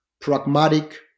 pragmatic